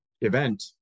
event